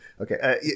Okay